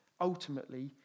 ultimately